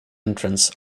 entrants